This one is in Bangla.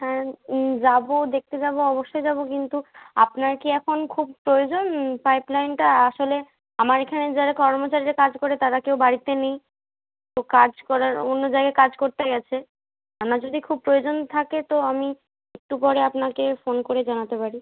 হ্যাঁ যাব দেখতে যাব অবশ্যই যাব কিন্তু আপনার কি এখন খুব প্রয়োজন পাইপ লাইনটা আসলে আমার এখানে যারা কর্মচারীরা কাজ করে তারা কেউ বাড়িতে নেই তো কাজ করার অন্য জায়গায় কাজ করতে গেছে আপনার যদি খুব প্রয়োজন থাকে তো আমি একটু পরে আপনাকে ফোন করে জানাতে পারি